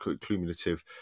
cumulative